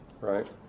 right